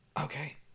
Okay